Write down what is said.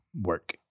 work